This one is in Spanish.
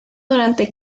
durante